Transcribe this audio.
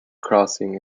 crossing